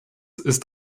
ist